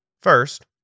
First